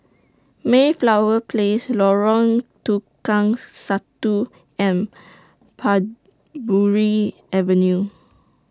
Mayflower Place Lorong Tukang Satu and Parbury Avenue